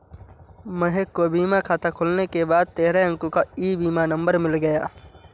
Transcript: महक को बीमा खाता खुलने के बाद तेरह अंको का ई बीमा नंबर मिल गया